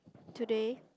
today